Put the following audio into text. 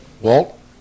Walt